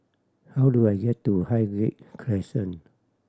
how do I get to Highgate Crescent